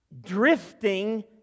Drifting